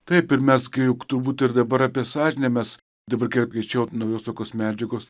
taip ir mes gi juk turbūt ir dabar apie sąžinę mes dabar kiek greičiau naujos tokios medžiagos